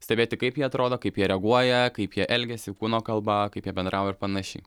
stebėti kaip jie atrodo kaip jie reaguoja kaip jie elgiasi kūno kalba kaip jie bendrauja ir panašiai